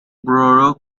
boro